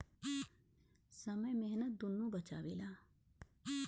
समय मेहनत दुन्नो बचावेला